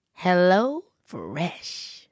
HelloFresh